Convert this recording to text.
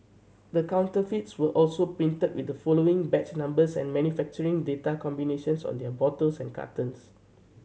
the counterfeits were also printed with the following batch numbers and manufacturing date combinations on their bottles and cartons